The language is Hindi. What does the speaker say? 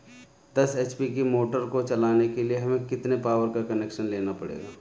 दस एच.पी की मोटर को चलाने के लिए हमें कितने पावर का कनेक्शन लेना पड़ेगा?